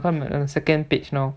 okay I'm at second page now